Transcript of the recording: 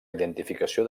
identificació